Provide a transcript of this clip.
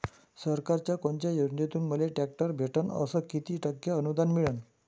सरकारच्या कोनत्या योजनेतून मले ट्रॅक्टर भेटन अस किती टक्के अनुदान मिळन?